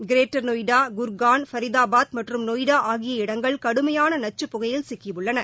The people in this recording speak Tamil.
கிரேட்டர் நொய்டா குர்கான் ஃபரிதாபாத் மற்றும் நொய்டா ஆகிய இடங்கள் கடுமையான நச்சுப் புகையில் சிக்கியுள்ளன